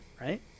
right